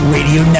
Radio